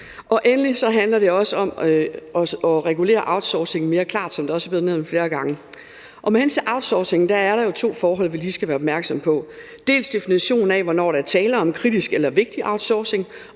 Og endelig handler det om at regulere outsourcing mere klart, som det også er blevet nævnt flere gange. Med hensyn til outsourcing er der to forhold, vi lige skal være opmærksomme på: dels definitionen af, hvornår der er tale om kritisk eller vigtig outsourcing,